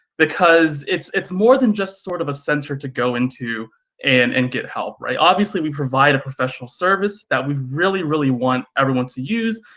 because it's it's more than just sort of a sensor to go into and and get help, right? obviously, we provide a professional service that we really, really want everyone to use.